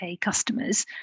customers